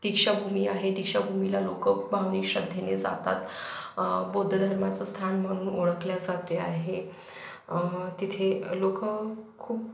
दीक्षाभूमी आहे दीक्षाभूमीला लोकं भावनिक श्रद्धेने जातात बौद्ध धर्माचं स्थान म्हणून ओळखले जाते आहे तिथे लोकं खूप